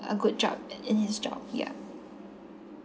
a good job in his job ya